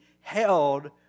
held